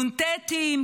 נ"טים,